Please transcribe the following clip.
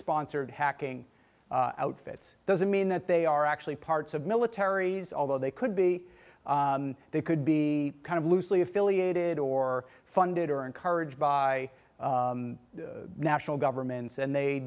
sponsored hacking outfits doesn't mean that they are actually parts of militaries although they could be they could be kind of loosely affiliated or funded or encouraged by national governments and they